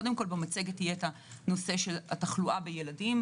במצגת יהיה נושא התחלואה בילדים,